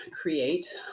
create